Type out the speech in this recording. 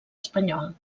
espanyol